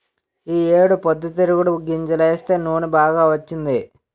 ఈ ఏడు పొద్దుతిరుగుడు గింజలేస్తే నూనె బాగా వచ్చింది